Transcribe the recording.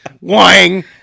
Wang